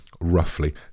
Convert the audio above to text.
Roughly